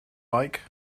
like